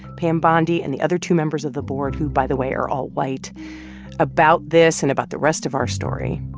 pam bondi and the other two members of the board who, by the way, are all white about this and about the rest of our story.